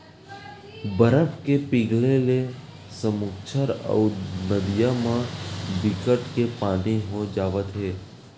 बरफ के पिघले ले समुद्दर अउ नदिया म बिकट के पानी हो जावत हे